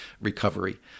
recovery